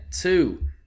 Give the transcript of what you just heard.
two